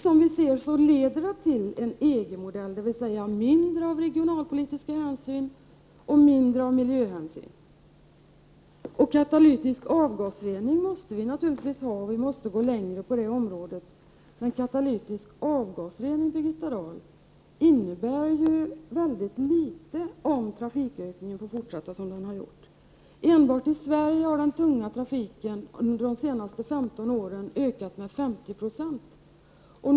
Som vi ser det, leder detta till en EG-modell, dvs. mindre av regionalpolitiska hänsyn och mindre av miljöhänsyn. Katalytisk avgasrening måste vi naturligtvis ha, och vi måste gå längre på det området. Men katalytisk avgasrening innebär, Birgitta Dahl, mycket litet, om trafikökningen får fortsätta som den gjort hittills. Enbart i Sverige har den tunga trafiken under de senaste 15 åren ökat med 50 96.